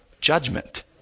judgment